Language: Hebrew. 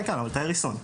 כן, אבל תאי ריסון.